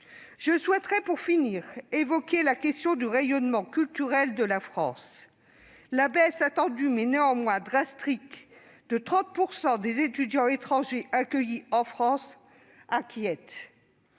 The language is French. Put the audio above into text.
Je souhaiterais, pour conclure, évoquer le rayonnement culturel de la France. La baisse attendue, mais drastique, de 30 % des étudiants étrangers accueillis en France inquiète.